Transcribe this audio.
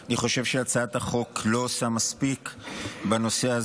אני חושב שהצעת החוק לא עושה מספיק בנושא הזה,